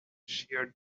sheared